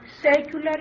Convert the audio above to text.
secular